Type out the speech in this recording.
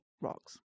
rocks